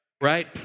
right